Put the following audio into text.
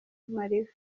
mariva